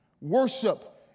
Worship